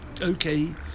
Okay